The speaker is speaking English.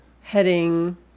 Heading